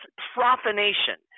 profanation